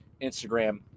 Instagram